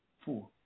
Four